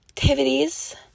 activities